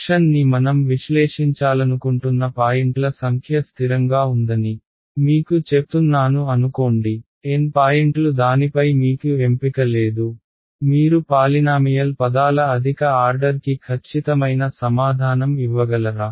ఫంక్షన్ని మనం విశ్లేషించాలనుకుంటున్న పాయింట్ల సంఖ్య స్థిరంగా ఉందని మీకు చెప్తున్నాను అనుకోండి N పాయింట్లు దానిపై మీకు ఎంపిక లేదు మీరు పాలినామియల్ పదాల అధిక ఆర్డర్ కి ఖచ్చితమైన సమాధానం ఇవ్వగలరా